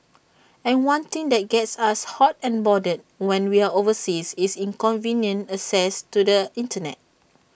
and one thing that gets us hot and bothered when we're overseas is inconvenient access to the Internet